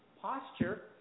posture